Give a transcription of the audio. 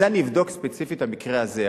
את זה אני אבדוק ספציפית במקרה הזה.